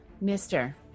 mister